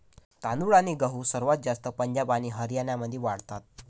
तांदूळ आणि गहू सर्वात जास्त पंजाब आणि हरियाणामध्ये वाढतात